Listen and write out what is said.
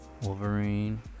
Wolverine